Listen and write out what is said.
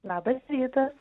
labas rytas